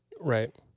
right